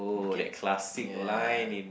okay ya